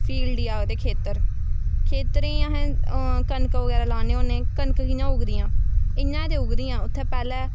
field गी आखदे खेतर खेतरें गी अस कनक बगैरा लाने होन्ने कनक कि'यां उगदियां इ'यां गै उगदियां उत्थै पैह्लें